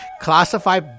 classify